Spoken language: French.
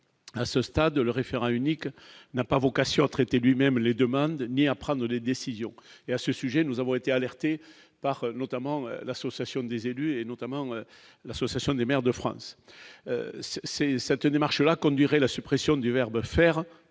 à ce stade, le référent unique n'a pas vocation à traiter lui-même les demandes ni à prendre des décisions et à ce sujet, nous avons été alertés par notamment l'association des élus, et notamment l'Association des maires de France, c'est certain, la conduirait la suppression du verbe faire,